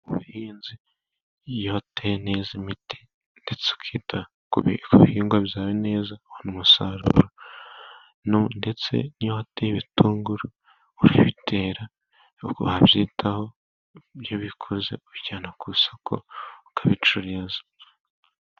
Ubuhinzi iyo wateye neza imiti, ndetse ukita ku bihingwa byawe neza, umusaruro ndetse n'iyo wateye bitunguru urabitera wabyitaho, iyo bikuze ujyana ku isoko ukabicuruza.